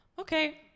Okay